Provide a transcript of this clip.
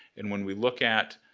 and when we look at.